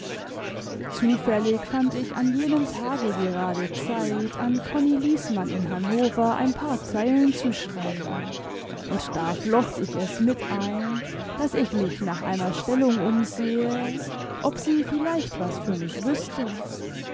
zufällig fand ich an jenem tage gerade zeit an konni liesmann in hannover ein paar zeilen zu schreiben und da flocht ich es mit ein daß ich mich nach einer stellung umsehe ob sie vielleicht was für mich wüßte